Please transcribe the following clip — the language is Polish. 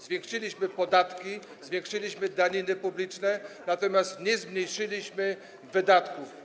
Zwiększyliśmy podatki, zwiększyliśmy daniny publiczne, natomiast nie zmniejszyliśmy wydatków.